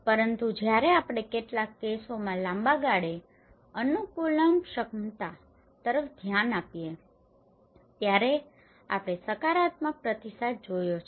પરંતુ જ્યારે આપણે કેટલાક કેસોમાં લાંબા ગાળે અનુકૂલનક્ષમતા તરફ ધ્યાન આપીએ છીએ ત્યારે આપણે સકારાત્મક પ્રતિસાદ જોયો છે